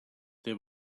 there